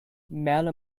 merle